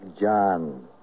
John